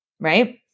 Right